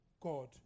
God